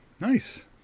Nice